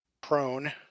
prone